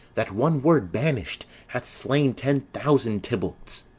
that one word banished, hath slain ten thousand tybalts.